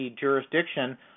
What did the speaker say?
jurisdiction